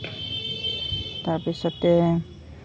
তাৰ পিছতে